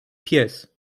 pies